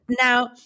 Now